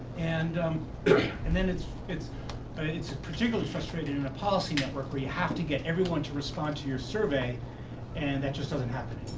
and um and then it's it's but particularly frustrating in a policy network where you have to get everyone to respond to your survey and that just doesn't happen